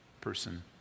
person